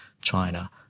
China